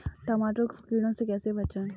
टमाटर को कीड़ों से कैसे बचाएँ?